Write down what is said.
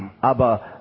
Aber